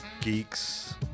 Geeks